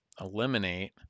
eliminate